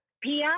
Pia